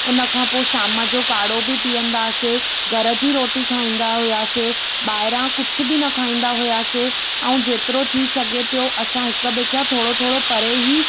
उन खां पोइ शाम जो काड़ो बि पीअंदासीं घर जी रोटी खाइंदा हुआसीं ॿाहिरा कुझु बि न खाईंदा हुआसीं ऐं जेतिरो थी सघे पियो असां हिकु ॿिए खां थोरो थोरो परे ई